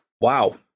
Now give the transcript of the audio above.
Wow